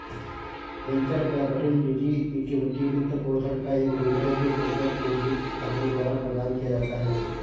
venture capital निजी equity वित्तपोषण का एक रूप है जो उद्यम पूंजी फर्मों द्वारा प्रदान किया जाता है